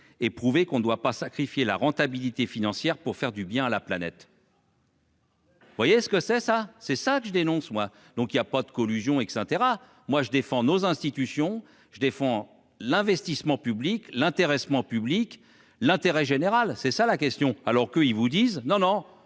Qu'on doit pas sacrifier la rentabilité financière pour faire du bien à la planète. Vous voyez ce que c'est ça c'est ça que je dénonce moi donc il y a pas de collusion et etc, moi je défends nos institutions je défends l'investissement public l'intéressement public l'intérêt général. C'est ça la question alors que ils vous disent, non, non